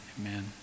amen